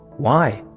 why?